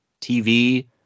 TV